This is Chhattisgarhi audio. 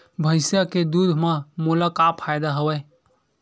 भैंसिया के दूध म मोला का फ़ायदा हवय?